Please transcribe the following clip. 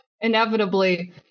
inevitably